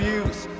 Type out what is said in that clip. use